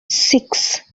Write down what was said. six